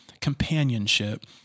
companionship